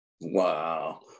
Wow